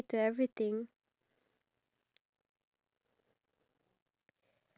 oh it's okay then I was just looking around bye in the end I don't even get to bargain